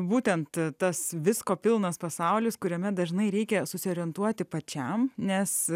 būtent tas visko pilnas pasaulis kuriame dažnai reikia susiorientuoti pačiam nes